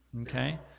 Okay